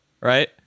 right